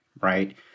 right